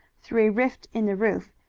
through rift in the roof,